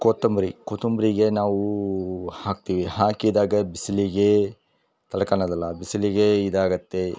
ಕೊತಂಬರಿ ಕೊತಂಬ್ರಿಗೆ ನಾವೂ ಹಾಕ್ತಿವಿ ಹಾಕಿದಾಗ ಬಿಸಿಲಿಗೆ ತಡ್ಕಾಣೋದಿಲ್ಲ ಬಿಸಿಲಿಗೆ ಇದಾಗುತ್ತೆ